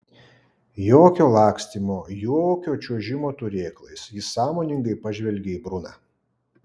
jokio lakstymo jokio čiuožimo turėklais jis sąmoningai pažvelgė į bruną